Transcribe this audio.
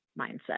mindset